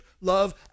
love